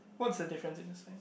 what's the difference in the sign